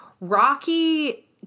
Rocky